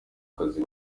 kazi